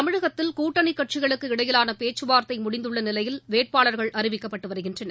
தமிழகத்தில் கூட்டணி கட்சிகளுக்கு இடையிலான பேச்சுவார்த்தை முடிந்துள்ள நிலையில் வேட்பாளர்கள் அறிவிக்கப்பட்டு வருகின்றனர்